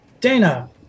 Dana